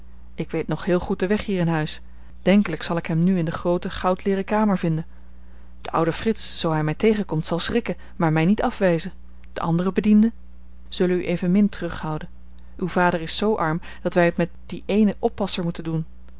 ik weet nog heel goed den weg hier in huis denkelijk zal ik hem nu in de groote goudleeren kamer vinden de oude frits zoo hij mij tegenkomt zal schrikken maar mij niet afwijzen de andere bedienden zullen u evenmin terughouden uw vader is zoo arm dat wij het met dien eenen oppasser moeten doen